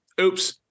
oops